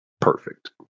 perfect